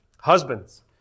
Husbands